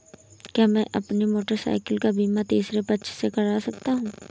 क्या मैं अपनी मोटरसाइकिल का बीमा तीसरे पक्ष से करा सकता हूँ?